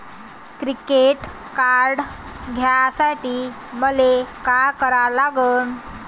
Credit card घ्यासाठी मले का करा लागन?